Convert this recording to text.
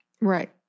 Right